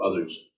others